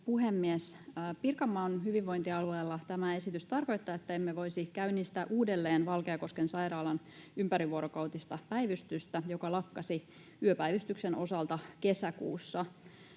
puhemies! Pirkanmaan hyvinvointialueella tämä esitys tarkoittaa sitä, että emme voisi käynnistää uudelleen Valkeakosken sairaalan ympärivuorokautista päivystystä, joka lakkasi yöpäivystyksen osalta kesäkuussa.